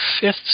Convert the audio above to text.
fifth